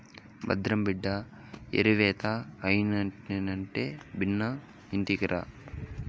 భద్రం బిడ్డా ఏరివేత అయినెంటనే బిన్నా ఇంటికిరా